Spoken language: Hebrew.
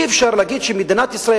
אי-אפשר להגיד שמדינת ישראל,